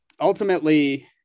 ultimately